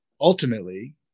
ultimately